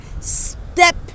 step